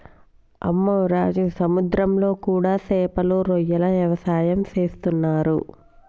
అమ్మె రాజు సముద్రంలో కూడా సేపలు రొయ్యల వ్యవసాయం సేసేస్తున్నరు